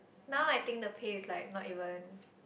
now I think the pay is like not even